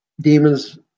demons